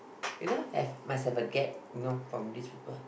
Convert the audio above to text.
you know have must have a gap you know from these people